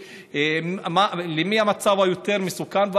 במי שמצבו יותר מסוכן,